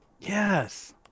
Yes